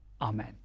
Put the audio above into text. Amen